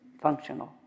functional